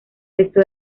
resto